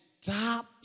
Stop